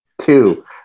Two